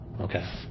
Okay